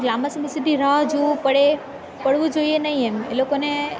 લાંબા સમય સુધી રાહ જોવું પડે પડવું જોઈએ નહીં એમ એ લોકોને